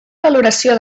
valoració